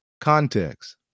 context